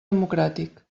democràtic